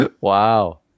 wow